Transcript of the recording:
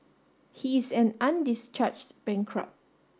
he is an undischarged bankrupt